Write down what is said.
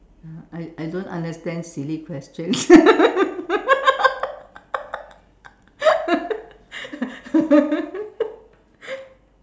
I I don't understand silly questions